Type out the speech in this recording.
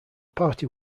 party